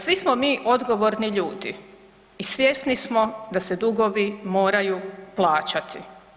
Svi smo mi odgovorni ljudi i svjesni smo da se dugovi moraju plaćati.